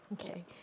Okay